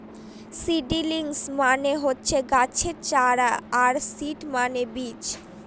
seedlings মানে হচ্ছে গাছের চারা আর সিড মানে বীজ